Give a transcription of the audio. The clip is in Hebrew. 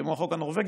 כמו החוק הנורבגי,